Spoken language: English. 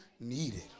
needed